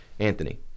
Anthony